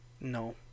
No